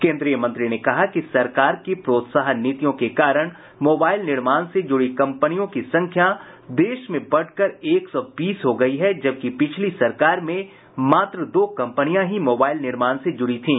केन्द्रीय मंत्री ने कहा कि सरकार की प्रोत्साहन नीतियों के कारण मोबाईल निर्माण से जुड़ी कंपनियों की संख्या देश में बढ़कर एक सौ बीस हो गयी है जबकि पिछली सरकार में मात्र दो कंपनियां ही मोबाईल निर्माण से जुड़ी थी